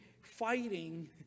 fighting